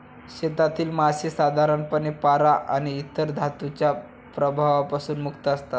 शेतातील मासे साधारणपणे पारा आणि इतर धातूंच्या प्रभावापासून मुक्त असतात